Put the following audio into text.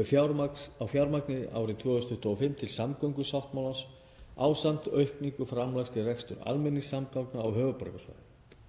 á fjármagni árið 2025 til samgöngusáttmálans ásamt aukningu framlags til reksturs almenningssamgangna á höfuðborgarsvæðinu.